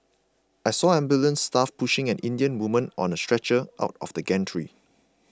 I saw ambulance staff pushing an Indian woman on a stretcher out of the gantry